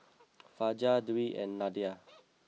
Fajar Dwi and Nadia